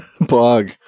bug